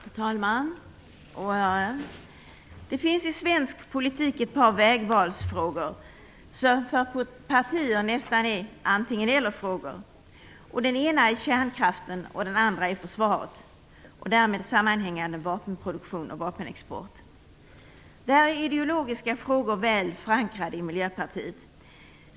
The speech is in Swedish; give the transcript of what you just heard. Herr talman! Åhörare! Det finns i svensk politik ett par vägvalsfrågor som för partier nästan är antingen/eller-frågor. Den ena frågan är kärnkraften, och den andra är försvaret och därmed sammanhängande vapenproduktion och vapenexport. Det här är ideologiska frågor, väl förankrade i Miljöpartiet.